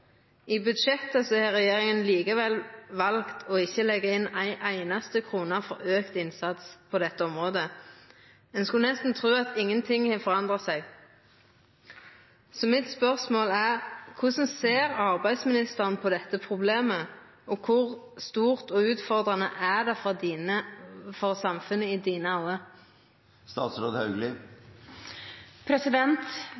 I budsjettet har regjeringa likevel valt ikkje å leggja inn ei einaste krone til auka innsats på dette området. Ein skulle nesten tru at ingenting hadde forandra seg. Spørsmålet mitt er: Korleis ser arbeidsministeren på dette problemet, og kor stort og utfordrande er det for samfunnet i hennar auge? Denne